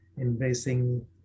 embracing